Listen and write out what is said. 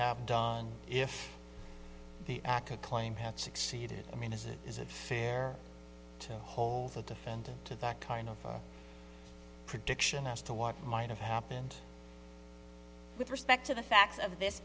have done if the aca claim had succeeded i mean as it is it fair to hold the defendant to that kind of prediction as to what might have happened with respect to the facts of this